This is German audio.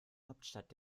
hauptstadt